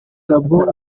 gabon